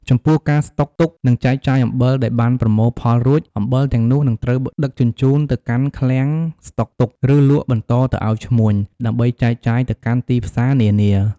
ចំពោះ ការស្តុកទុក និងចែកចាយអំបិលដែលបានប្រមូលផលរួច អំបិលទាំងនោះនឹងត្រូវដឹកជញ្ជូនទៅកាន់ឃ្លាំងស្តុកទុក ឬលក់បន្តទៅឱ្យឈ្មួញ ដើម្បីចែកចាយទៅកាន់ទីផ្សារនានា។